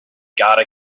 gotta